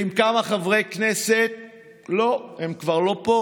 חבר הכנסת זוהר,